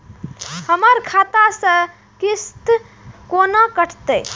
हमर खाता से किस्त कोना कटतै?